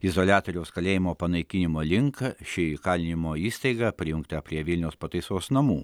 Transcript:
izoliatoriaus kalėjimo panaikinimo link ši įkalinimo įstaiga prijungta prie vilniaus pataisos namų